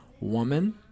woman